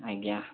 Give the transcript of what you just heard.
ଆଜ୍ଞା